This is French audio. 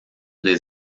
des